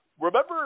remember